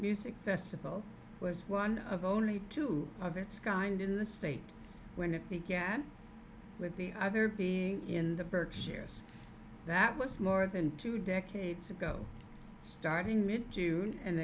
music festival was one of only two of its kind in the state when it began with the iver being in the barracks yes that was more than two decades ago starting mid june and